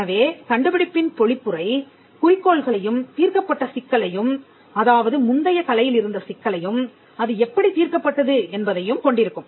எனவே கண்டுபிடிப்பின் பொழிப்புரை குறிக்கோள்களையும் தீர்க்கப்பட்ட சிக்கலையும் அதாவது முந்தைய கலையிலிருந்த சிக்கலையும் அது எப்படி தீர்க்கப்பட்டது என்பதையும் கொண்டிருக்கும்